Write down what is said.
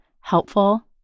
helpful